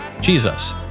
Jesus